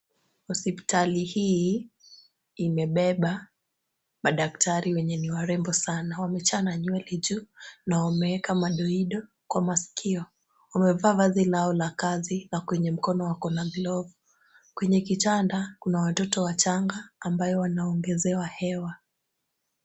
Hospitali hii imebeba madaktari wenye ni warembo sana. Wamechana nywele juu na wameeka madoido kwenye masikio. Wamevaa vazi lao la kazi na kwenye mkono wako na glovu. Kwenye kitanda kuna watoto wachanga ambayo wanaongezewa hewa.